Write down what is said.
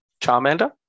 Charmander